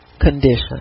condition